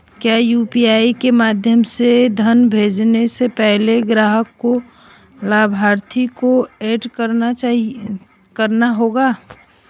क्या यू.पी.आई के माध्यम से धन भेजने से पहले ग्राहक को लाभार्थी को एड करना होगा?